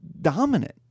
dominant